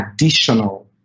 additional